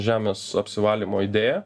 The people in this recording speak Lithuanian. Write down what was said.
žemės apsivalymo idėją